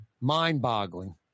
mind-boggling